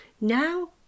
Now